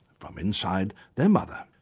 from inside their mother.